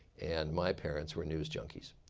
and my parents were news junkies.